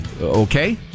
okay